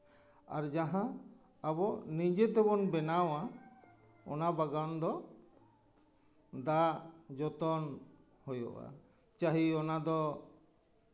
ᱟᱨ ᱡᱟᱦᱟᱸ ᱟᱵᱚ ᱱᱤᱡᱮ ᱛᱮᱵᱚᱱ ᱵᱮᱱᱟᱣᱟ ᱚᱱᱟ ᱵᱟᱜᱟᱱ ᱫᱚ ᱫᱟᱜ ᱡᱚᱛᱚᱱ ᱦᱩᱭᱩᱜᱼᱟ ᱪᱟᱦᱮ ᱚᱱᱟ ᱫᱚ